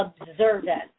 observant